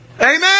Amen